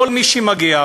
כל מי שמגיע,